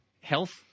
health